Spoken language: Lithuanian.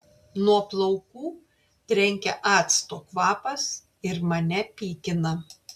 nuo plaukų trenkia acto kvapas ir mane pykina